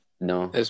No